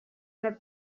nord